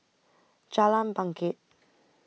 Jalan Bangket